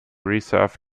reserve